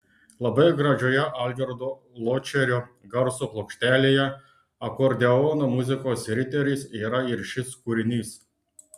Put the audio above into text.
labai gražioje algirdo ločerio garso plokštelėje akordeono muzikos riteris yra ir šis kūrinys